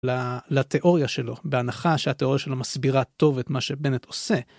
לתיאוריה שלו בהנחה שהתיאוריה שלו מסבירה טוב את מה שבנט עושה.